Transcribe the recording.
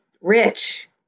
rich